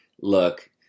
Look